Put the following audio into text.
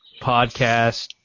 podcast